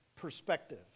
perspective